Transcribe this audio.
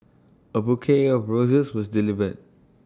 A bouquet of roses was delivered